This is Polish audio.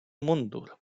mundur